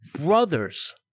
brothers